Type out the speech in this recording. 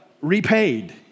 Repaid